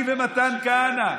היא ומתן כהנא,